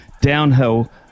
downhill